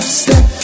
step